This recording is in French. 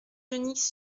genix